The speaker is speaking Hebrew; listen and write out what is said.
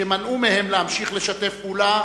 שמנעו מהם להמשיך לשתף פעולה,